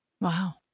Wow